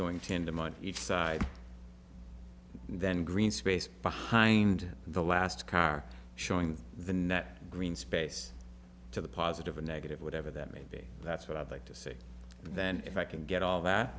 going to end a month each side then green space behind the last car showing the net green space to the positive or negative whatever that may be that's what i'd like to see then if i can get all